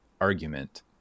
argument